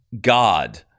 god